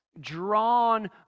drawn